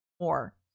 more